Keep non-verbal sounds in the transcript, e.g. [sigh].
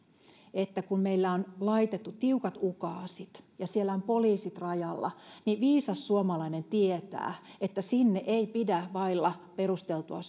kun meillä on laitettu tiukat ukaasit ja siellä on poliisit rajalla niin viisas suomalainen tietää että sinne ei pidä vailla perusteltua [unintelligible]